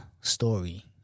story